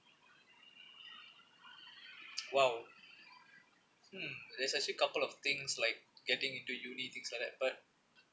!wow! hmm that's actually a couple of things like getting into uni things like that but